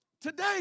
today